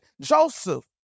Joseph